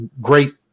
great